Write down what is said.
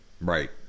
Right